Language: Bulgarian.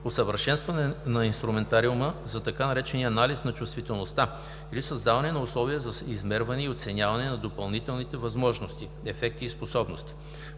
усъвършенстване на инструментариума за така наречения „анализ на чувствителността“ или създаване на условия за измерване и оценяване на допълнителните възможности (ефекти, способности).